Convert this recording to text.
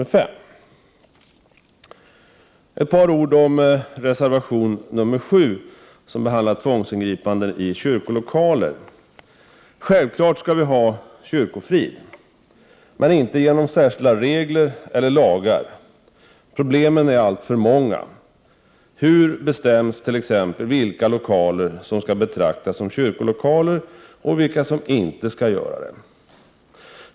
Jag vill säga några ord om reservation 7, där tvångsingripanden i kyrkolokaler behandlas. Självklart skall vi ha kyrkofrid, men inte genom 45 särskilda regler eller lagar. Problemen är alltför många. Hur bestäms det t.ex. vilka lokaler som skall betraktas som kyrkolokaler och vilka som inte skall göra det?